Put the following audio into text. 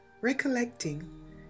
recollecting